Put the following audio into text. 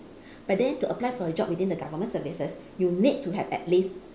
but then to apply for a job within the government services you need to have at least